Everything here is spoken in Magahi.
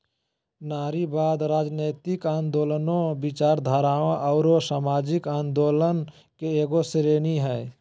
नारीवाद, राजनयतिक आन्दोलनों, विचारधारा औरो सामाजिक आंदोलन के एगो श्रेणी हइ